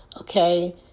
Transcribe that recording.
okay